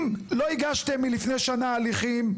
אם לא הגשתם מלפני שנה הליכים,